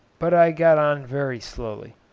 but i got on very slowly.